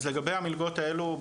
אז לגבי המלגות האלו,